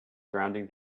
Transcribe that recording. surrounding